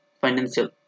financial